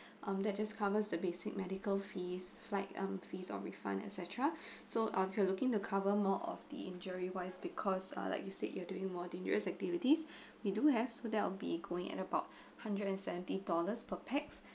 um they're just covers the basic medical fees flight um fees or refund et cetera so if you are looking to cover more of the injury wise because ah like you said you are doing more dangerous activities we do have so that will be going at about hundred and seventy dollars per pax